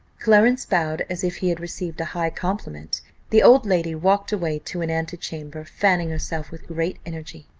clarence bowed as if he had received a high compliment the old lady walked away to an antechamber, fanning herself with great energy.